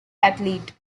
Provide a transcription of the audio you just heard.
athlete